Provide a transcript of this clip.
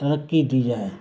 ترقی دی جائے